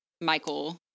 Michael